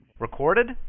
Recorded